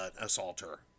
assaulter